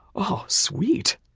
oh sweet,